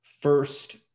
first